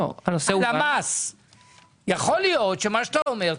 יכו ל להיות שמה שאתה אומר,